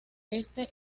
este